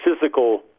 physical